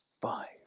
Five